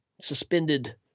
suspended